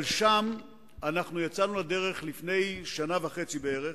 אבל שם יצאנו לדרך לפני שנה וחצי, בערך,